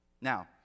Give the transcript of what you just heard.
Now